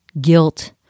guilt